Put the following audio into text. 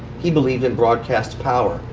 he believed in broadcast power.